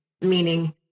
meaning